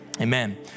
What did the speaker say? amen